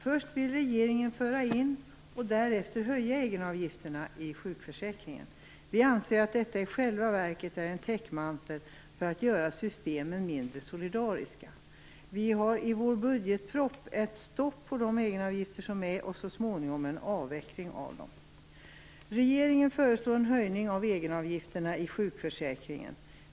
Först vill regeringen införa egenavgifter och därefter höja egenavgifterna i sjukförsäkringen. Vi anser att detta i själva verket är en täckmantel för att göra systemen mindre solidariska. Vi har i vårt budgetförslag ett stopp och så småningom en avveckling när det gäller egenavgifterna. Regeringen föreslår en höjning av egenavgifterna i sjukförsäkringen.